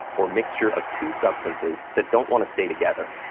or mixture of two substances that don't want to stay together,